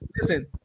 listen